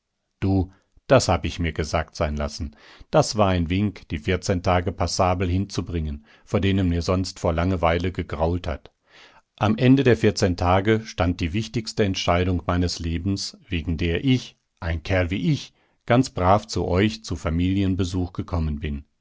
du das hab ich mir gesagt sein lassen das war ein wink die vierzehn tage passabel hinzubringen vor denen mir sonst vor langeweile gegrault hat am ende der vierzehn tage stand die wichtigste entscheidung meines lebens wegen der ich ein kerl wie ich ganz brav zu euch zu familienbesuch gekommen bin